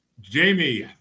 Jamie